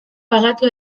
pagatu